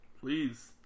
Please